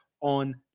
on